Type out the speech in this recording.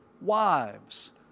wives